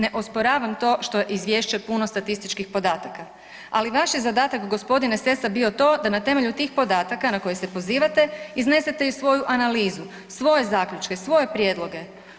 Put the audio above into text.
Ne osporavam to što je izvješće puno statističkih podataka, ali vaš je zadatak gospodine Sessa bio to da na temelju tih podataka na koje se pozivate iznesete i svoju analizu, svoje zaključke, svoje prijedloge.